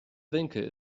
winkel